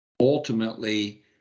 Ultimately